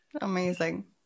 Amazing